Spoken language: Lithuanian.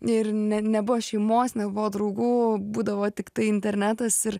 ir ne nebuvo šeimos nebuvo draugų būdavo tiktai internetas ir